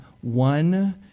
one